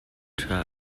ṭha